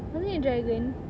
wasn't it a dragon